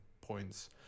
points